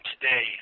today